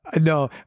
No